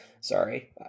Sorry